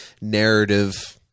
narrative